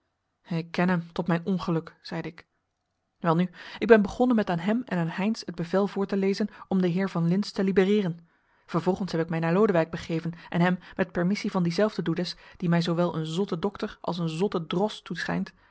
hem tot mijn ongeluk zeide ik welnu ik ben begonnen met aan hem en aan heynsz het bevel voor te lezen om den heer van lintz te libereeren vervolgens heb ik mij naar lodewijk begeven en hem met permissie van dienzelfden doedes die mij zoowel een zotte dokter als een zotte drost toeschijnt